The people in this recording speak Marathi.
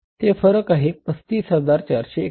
ते फरक आहे 35451